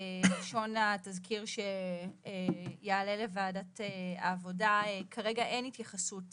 בלשון התזכיר שיעלה לוועדת העבודה אין כרגע התייחסות